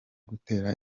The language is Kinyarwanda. gutera